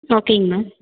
ஓகேங்க மேம்